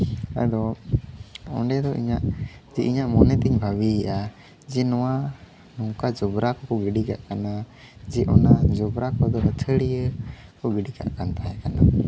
ᱟᱫᱚ ᱚᱸᱰᱮ ᱫᱚ ᱤᱧᱟᱹᱜ ᱥᱮ ᱤᱧᱟᱹᱜ ᱢᱚᱱᱮ ᱛᱤᱧ ᱵᱷᱟᱹᱵᱤᱭᱮᱜᱼᱟ ᱡᱮ ᱱᱚᱣᱟ ᱱᱚᱝᱠᱟ ᱡᱚᱵᱽᱨᱟ ᱠᱚᱠᱚ ᱜᱤᱰᱤ ᱠᱟᱜ ᱠᱟᱱᱟ ᱡᱮ ᱚᱱᱟ ᱡᱚᱵᱽᱨᱟ ᱠᱚᱫᱚ ᱟᱹᱛᱷᱟᱹᱲᱤᱭᱟᱹ ᱠᱚ ᱜᱤᱰᱤ ᱠᱟᱜ ᱠᱟᱱ ᱛᱟᱦᱮᱸ ᱠᱟᱱᱟ